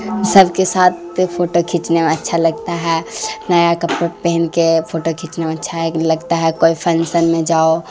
سب کے ساتھ فوٹو کھینچنے میں اچھا لگتا ہے نیا کپڑا پہن کے فوٹو کھینچنے میں اچھا ہے لگتا ہے کوئی فنسن میں جاؤ